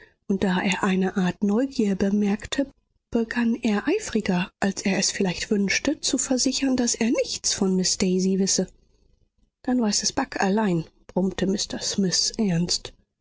und da er eine art neugier bemerkte begann er eifriger als er es vielleicht wünschte zu versichern daß er nichts von miß daisy wisse dann weiß es bagh allein brummte mr smith ernst